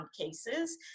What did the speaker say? cases